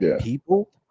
people